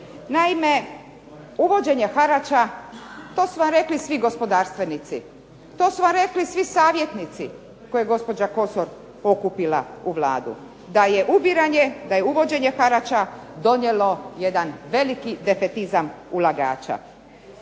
Naime uvođenje harača to su vam rekli svi gospodarstvenici, to su vam rekli svi savjetnici koje je gospođa Kosor okupila u Vladu, da je ubiranje, da je uvođenje harača donijelo jedan veliki …/Govornica